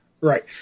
Right